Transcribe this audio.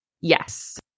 Yes